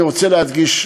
אני רוצה להדגיש,